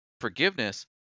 forgiveness